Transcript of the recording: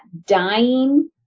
dying